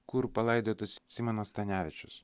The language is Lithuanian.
kur palaidotas simonas stanevičius